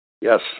Yes